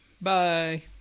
Bye